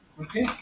Okay